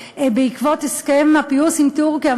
בעקבות הסכם הפיוס עם טורקיה,